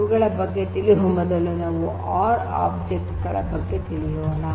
ಇವುಗಳ ಬಗ್ಗೆ ತಿಳಿಯುವ ಮೊದಲು ನಾವು ಆರ್ ಆಬ್ಜೆಕ್ಟ್ ಗಳ ಬಗ್ಗೆ ತಿಳಿಯೋಣ